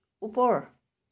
ওপৰ